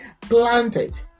planted